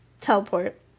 Teleport